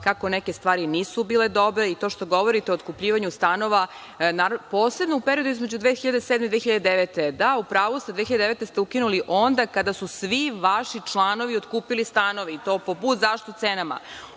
kako neke stvari nisu bile dobre i to što govorite o otkupljivanju stanova, posebno u periodu između 2007. i 2009. godine. Da, u pravu ste, 2009. godine ste ukinuli onda kada su svi vaši članovi otkupili stanove i to po bud zašto cenama. Ovaj